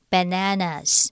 Bananas